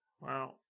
Wow